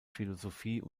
philosophie